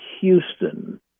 Houston